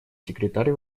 секретарь